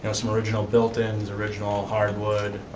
and some original built-ins, original hardwood,